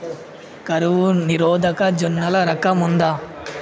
కరువు నిరోధక జొన్నల రకం ఉందా?